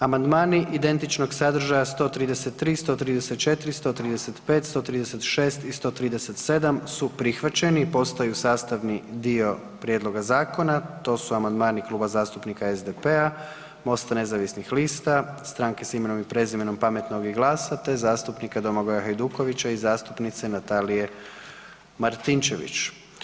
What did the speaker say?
Amandmani identičnog sadržaja 133., 134., 135., 136. i 137. su prihvaćeni i postaju sastavni dio prijedloga zakona, to su amandmani Kluba zastupnika SDP-a, MOST-a nezavisnih lista, Stranke s imenom i prezimenom, Pametnog i GLAS-a, te zastupnika Domagoja Hajdukovića i zastupnice Natalije Martinčević.